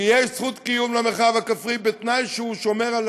כי יש זכות קיום למרחב הכפרי בתנאי שהוא שומר על